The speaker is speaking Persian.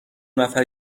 نفر